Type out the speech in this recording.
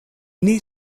need